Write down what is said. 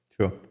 Sure